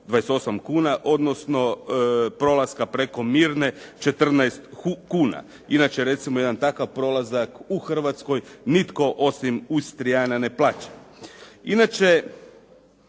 28 kuna, odnosno prolaska preko Mirne 14 kuna. Inače, recimo jedan takav prolazak u Hrvatskoj itko osim Istrijana ne plaća. Inače,